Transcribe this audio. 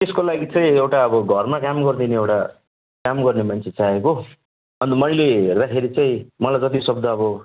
यसको लागि चाहिँ एउटा अब घरमा काम गरिदिने एउटा काम गर्ने मान्छे चाहिएको अन्त मैले हेर्दाखेरि चाहिँ मलाई जतिसक्दो अब